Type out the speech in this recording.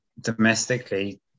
domestically